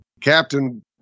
captain